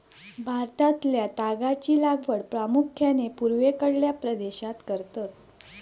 भारतातल्या तागाची लागवड प्रामुख्यान पूर्वेकडल्या प्रदेशात करतत